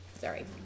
Sorry